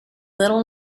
little